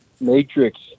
matrix